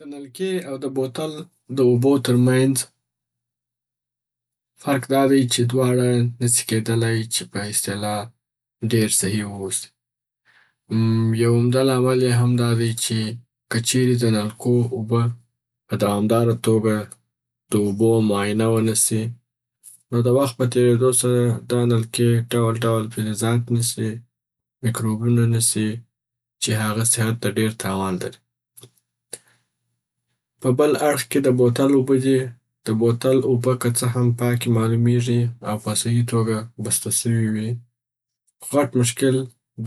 د نلکې او د بوتل د اوبو تر منځ فرق دا دی چې دواړه نسي کیدلای چې په اصطلاح ډېر صحح و اوسي. آمم، یو عمده لامل یې هم دا دی چې که چیري د نلکو اوبه په دوامداره توګه د اوبو معاینه و نسي نو د وخت په تیریدو سره دا نلکې ډول ډول فلزات نیسي، میکروبونه نیسي چې هغه صحت ته ډېر تاوان لري. په بل اړخ کې د بوتل اوبه دي، د بوتل اوبه که څه هم پاکي معلومیږی او په صحی توګه بسته سوي وی. خو غټ مشکل